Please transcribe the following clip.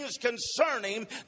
concerning